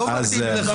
לא מתאים לך.